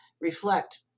reflect